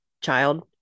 child